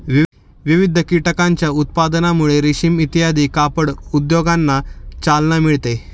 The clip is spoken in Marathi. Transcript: विविध कीटकांच्या उत्पादनामुळे रेशीम इत्यादी कापड उद्योगांना चालना मिळते